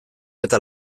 eta